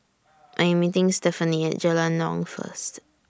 I Am meeting Stefani At Jalan Naung First